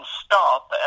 stop